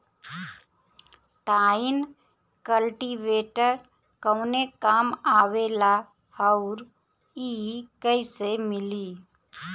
Tine cultivator कवने काम आवेला आउर इ कैसे मिली?